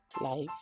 life